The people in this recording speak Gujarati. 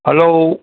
હલોવ